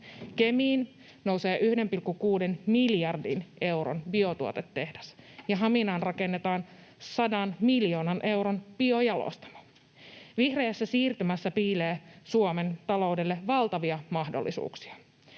Kemiin nousee 1,6 miljardin euron biotuotetehdas, ja Haminaan rakennetaan 100 miljoonan euron biojalostamo. Vihreässä siirtymässä piilee Suomen taloudelle valtavia mahdollisuuksia.